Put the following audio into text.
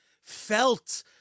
felt